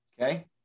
Okay